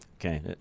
Okay